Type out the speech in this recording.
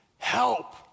help